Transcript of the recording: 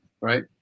right